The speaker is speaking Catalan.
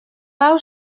pau